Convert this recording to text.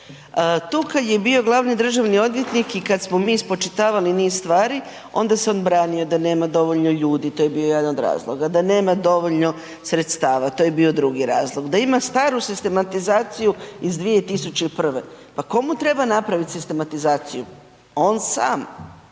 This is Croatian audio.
Tu kada je bio glavni državni odvjetnik i kada smo mi spočitavali niz stvari onda se on branio da nema dovoljno ljudi, to je bio jedan od razloga, da nema dovoljno sredstava to je bio drugi razlog, da ima staru sistematizaciju iz 2001., pa tko mu treba napraviti sistematizaciju? On sam,